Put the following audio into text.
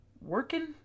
working